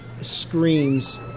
screams